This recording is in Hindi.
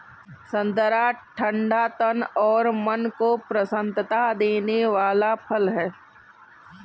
संतरा ठंडा तन और मन को प्रसन्नता देने वाला फल है